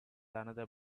another